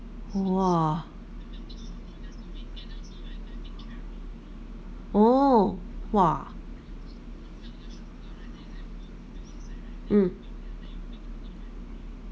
!wah! oh !wah! mm